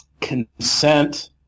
consent